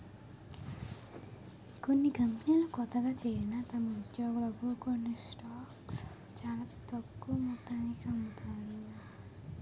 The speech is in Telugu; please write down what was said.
కొన్ని కంపెనీలు కొత్తగా చేరిన తమ ఉద్యోగులకు కొన్ని స్టాక్స్ చాలా తక్కువ మొత్తానికి అమ్ముతారు